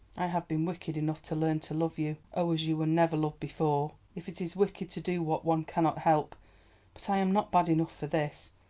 i have been wicked enough to learn to love you oh, as you were never loved before, if it is wicked to do what one cannot help but i am not bad enough for this.